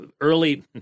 early